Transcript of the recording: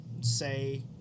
say